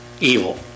evil